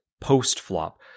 post-flop